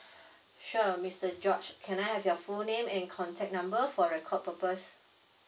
sure mister george can I have your full name and contact number for record purpose